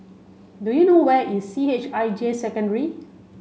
do you know where is C H I J Secondary